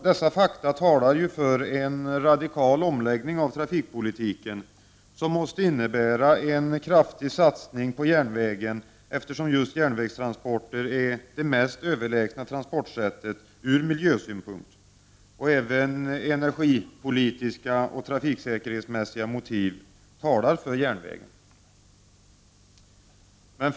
Dessa fakta talar för en radikal omläggning av trafikpolitiken som måste innebära en mycket kraftig satsning på järnvägen, eftersom just järnvägstransporter är det mest överlägsna transportsättet ur miljösynpunkt. Även energipolitiska och trafiksäkerhetsmässiga motiv talar för järnvägen.